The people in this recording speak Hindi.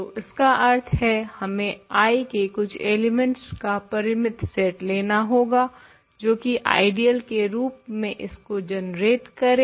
तो इसका अर्थ है हमें I के कुछ एलिमेंट्स का परिमित सेट लेना होगा जो की आइडियल के रूप में इसको जनरेट करे